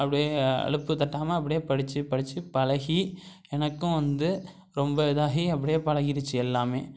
அப்படியே அலுப்பு தட்டாமல் அப்படியே படிச்சு படிச்சு பழகி எனக்கும் வந்து ரொம்ப இதாகி அப்படியே பழகிருச்சி எல்லாமே